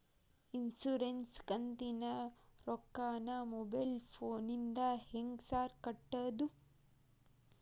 Insurance ಕಂತಿನ ರೊಕ್ಕನಾ mobile ಫೋನಿಂದ ಹೆಂಗ್ ಸಾರ್ ಕಟ್ಟದು?